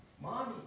Mommy